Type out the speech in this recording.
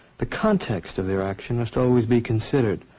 the context of their action must always be considered.